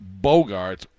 Bogarts